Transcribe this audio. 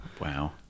wow